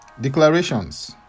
Declarations